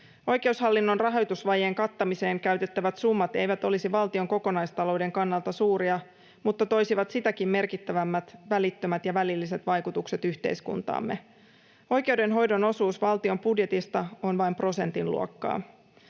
Oikeushallinnon rahoitusvajeen kattamiseen käytettävät summat eivät olisi valtion kokonaistalouden kannalta suuria, mutta toisivat sitäkin merkittävämmät välittömät ja välilliset vaikutukset yhteiskuntaamme. Oikeudenhoidon osuus valtion budjetista on vain prosentin luokkaa.